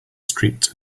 streets